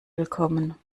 willkommen